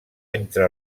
entre